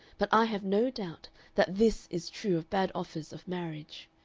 but i have no doubt that this is true of bad offers of marriage.